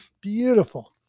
beautiful